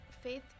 faith